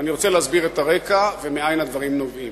אני רוצה להסביר את הרקע ומנין הדברים נובעים.